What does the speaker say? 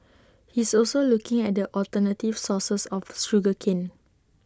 he is also looking at alternative sources of sugar cane